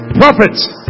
prophets